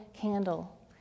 candle